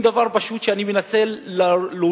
אם דבר פשוט שאני מנסה להוביל,